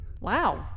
Wow